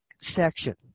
section